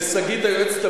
אני עובר להצבעה.